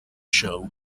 show